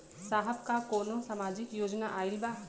साहब का कौनो सामाजिक योजना आईल बा?